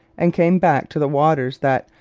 and came back to the waters that,